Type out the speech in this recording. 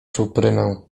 czuprynę